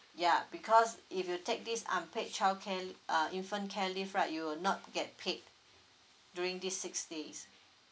yeah because if you take this unpaid childcare uh infant care leave right you will not get paid during this six days